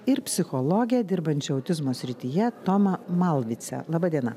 ir psichologę dirbančią autizmo srityje tomą malvicę laba diena